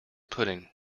pudding